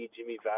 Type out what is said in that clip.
Jimmy